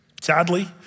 Sadly